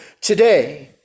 today